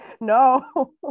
No